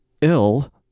ill